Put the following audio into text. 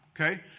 Okay